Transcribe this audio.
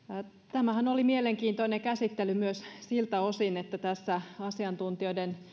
tämähän oli mielenkiintoinen käsittely myös siltä osin että tässä asiantuntijoiden